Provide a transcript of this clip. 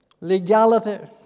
Legality